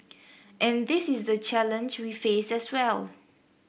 and this is the challenge we face as well